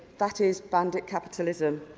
that is bandit capitalism.